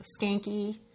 skanky